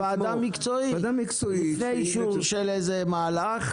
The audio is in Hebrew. ועדה מקצועית לפני אישור של מהלך,